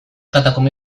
katakume